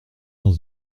dans